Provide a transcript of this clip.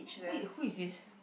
who i~ who is this